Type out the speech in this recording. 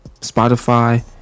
spotify